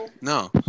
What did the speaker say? No